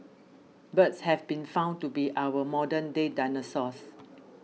birds have been found to be our modern day dinosaurs